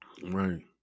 Right